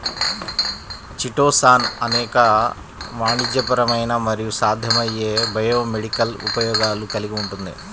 chitosan అనేక వాణిజ్యపరమైన మరియు సాధ్యమయ్యే బయోమెడికల్ ఉపయోగాలు కలిగి ఉంటుంది